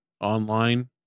online